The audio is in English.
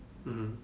mmhmm